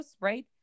right